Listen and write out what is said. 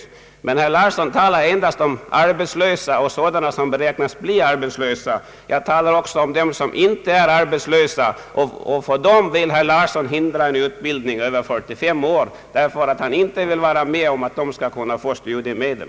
Men herr Larsson talar endast om arbetslösa och sådana som beräknas bli arbetslösa. Jag talar också om dem som inte är arbetslösa. För dem vill herr Larsson hindra en utbildning över 45 års ålder, eftersom han inte vill vara med om att de skall kunna få studiemedel.